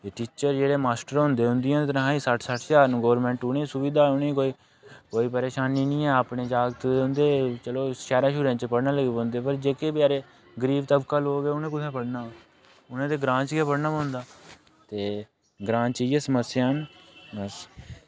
ते टीचर जेह्ड़े मास्टर होंदे उं'दियां तन्खाही सट्ठ सट्ठ ज्हार न गौरमेंट उ'नें ई सुविधा उ'नें ई कोई परेशानी निं ऐ अपने जागत उं'दे चलो शैह्रें शूह्रें च पढ़न लगी पौंदे पर जेह्के बचैरे गरीब तबका लोग उ'नें कु'त्थें पढ़ना उ'नें ते ग्रांऽ च गै पढ़ना पौंदा ते ग्रांऽ च इ'यै समस्यां न बस